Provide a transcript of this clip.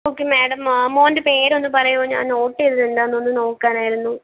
okay madam മകൻ്റെ പേരൊന്നു പറയുമോ ഞാൻ നോട്ട് ചെയ്തതെന്താണെന്ന് ഒന്ന് നോക്കാനായിരുന്നു